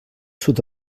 sud